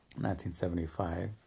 1975